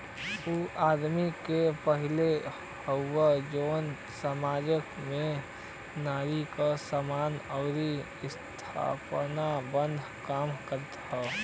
ऊ आदमी क पहल हउवे जौन सामाज में नारी के सम्मान आउर उत्थान बदे काम करत हौ